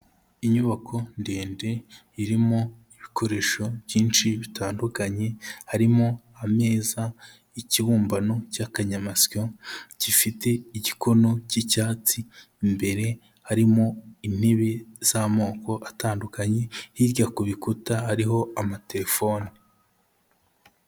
Inyubako ndende, irimo ibikoresho byinshi bitandukanye, harimo ameza, ikibumbano cy'akanyamasyo, gifite igikono k'icyatsi, imbere harimo intebe z'amoko atandukanye, hirya ku bikuta, hariho amatelefone.